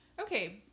Okay